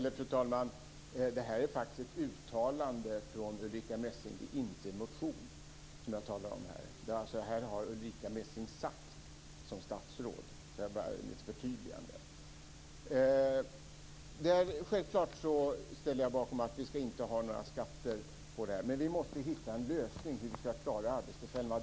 Fru talman! Vad det här gäller är faktiskt ett uttalande av Ulrica Messing. Jag talar alltså inte om en motion, utan Ulrica Messing har gjort uttalandet i fråga i sin egenskap av statsråd; detta som ett litet förtydligande. Självklart ställer jag mig bakom att vi inte skall ha några skatter på det här området men vi måste hitta en lösning i frågan om hur vi kan klara arbetstillfällena.